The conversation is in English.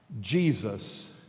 Jesus